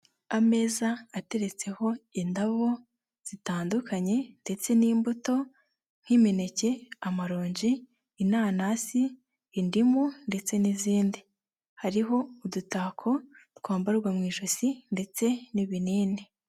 Ameza ateretseho indabo zitandukanye ndetse n'imbuto nk'imineke, amaronji, inanasi, indimu ndetse n'izindi hariho udutako twambarwa mu ijosi ndetse n'ibinini.